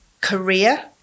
career